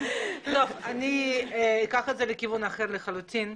טוב, אני אקח את זה לכיוון אחר לחלוטין.